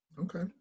okay